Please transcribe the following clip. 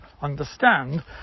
understand